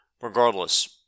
Regardless